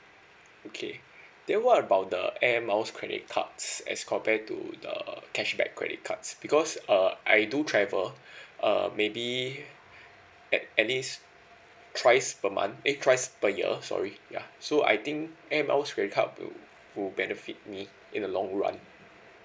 okay then what about the Air Miles credit cards as compared to the cashback credit cards because err I do travel err maybe at at least twice per month eh twice per year sorry ya so I think Air Miles credit card will would benefit me in a long run